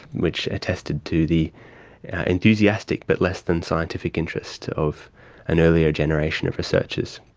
which attested to the enthusiastic but less than scientific interests of an earlier generation of researchers.